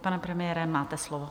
Pane premiére, máte slovo.